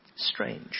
strange